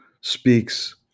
speaks